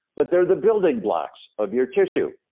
but they're the building blocks of your tissue.